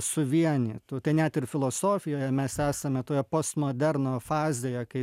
suvienytų tai net ir filosofijoje mes esame toje postmoderno fazėje kai